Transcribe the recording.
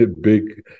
big